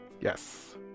Yes